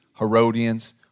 Herodians